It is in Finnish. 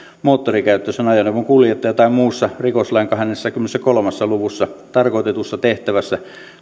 moottorikäyttöisen ajoneuvon kuljettaja tai muussa rikoslain kahdessakymmenessäkolmessa luvussa tarkoitetussa tehtävässä